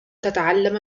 تتعلم